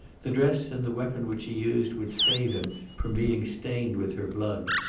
the dress and the weapon which he used would save him from being stained with her blood.